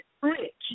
rich